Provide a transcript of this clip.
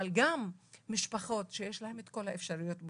אבל גם משפחות שיש להן את כל האפשרויות,